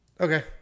Okay